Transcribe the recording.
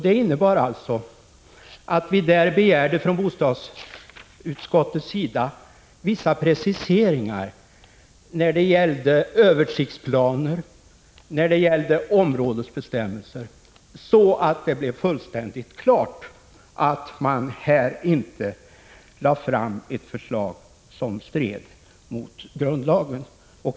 Det innebar alltså att vi från bostadsutskottet begärde vissa preciseringar i fråga om översiktsplaner och områdesbestämmelser, så att det blev fullständigt klart att man här inte lade fram ett förslag som stred mot grundlagen.